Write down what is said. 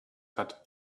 hat